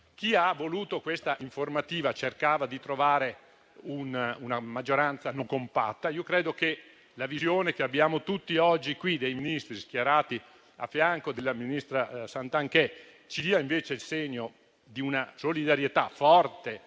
Chi ha voluto questa informativa cercava di trovare una maggioranza non compatta. Io credo che la visione che oggi tutti abbiamo qui dei Ministri schierati a fianco della ministra Santanchè ci dia invece il segno di una solidarietà forte,